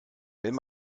wenn